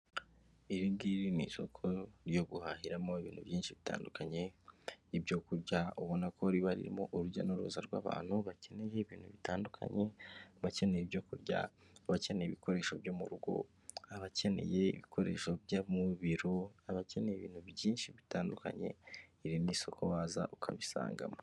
Iri ngiri ni isoko ryo guhahiramo ibintu byinshi bitandukanye, ibyo kurya ubona ko riba ririmo urujya n'uruza rw'abantu bakeneye ibintu bitandukanye, bakeneye ibyo kurya, bakeneye ibikoresho byo mu rugo, abakeneye ibikoresho byo mu biro, abakeneye ibintu byinshi bitandukanye biri mu isoko waza ukabisangamo.